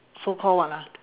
so call what ah